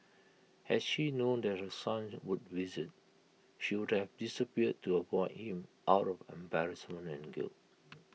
had she known that her son would visit she would have disappeared to avoid him out of embarrassment and guilt